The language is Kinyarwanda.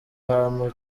hantu